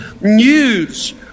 news